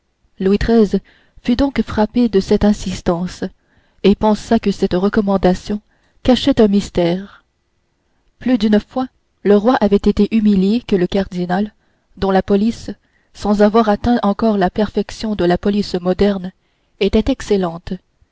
louis xiii fut donc frappé de cette insistance et pensa que cette recommandation cachait un mystère plus d'une fois le roi avait été humilié que le cardinal dont la police sans avoir atteint encore la perfection de la police moderne était excellente